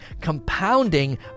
compounding